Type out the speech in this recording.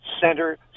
center